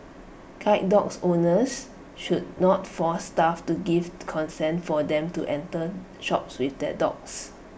guide dogs owners should not force staff to give consent for them to enter shops with their dogs